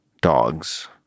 dogs